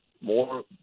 more